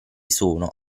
sono